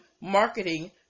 marketing